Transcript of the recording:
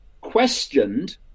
questioned